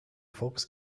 fuchs